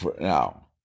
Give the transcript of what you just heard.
now